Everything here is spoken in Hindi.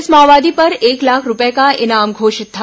इस माओवादी पर एक लाख रूपये का इनाम घोषित था